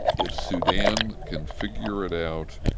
if sudan can figure it out,